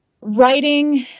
writing